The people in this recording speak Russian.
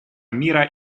мира